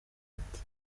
ati